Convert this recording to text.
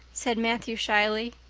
said matthew shyly.